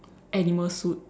animal suit